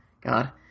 god